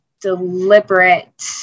deliberate